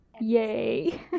Yay